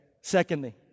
secondly